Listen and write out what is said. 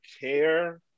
care